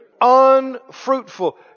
unfruitful